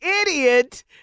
idiot